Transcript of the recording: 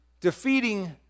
defeating